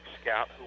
scout